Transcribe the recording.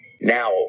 Now